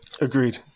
Agreed